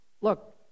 Look